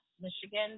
Michigan